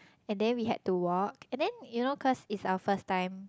and then we had to walk and then you know cause it's our first time